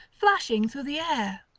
flashing through the air.